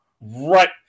Right